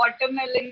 watermelon